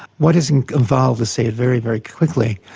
what is involved, to say it very, very quickly,